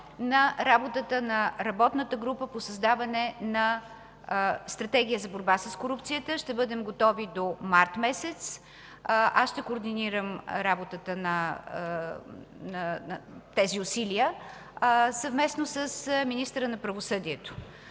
на работата на работната група по създаване на стратегия за борба с корупцията. Ще бъдем готови до март месец. Аз ще координирам работата и тези усилия, съвместно с министъра на правосъдието.